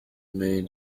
main